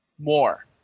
more